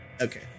Okay